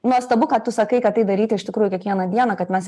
nuostabu ką tu sakai kad tai daryti iš tikrųjų kiekvieną dieną kad mes